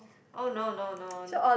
oh no no no